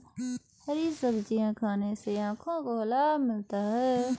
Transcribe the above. हरी सब्जियाँ खाने से आँखों को लाभ मिलता है